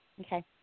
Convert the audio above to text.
Okay